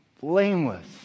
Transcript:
Blameless